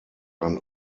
ein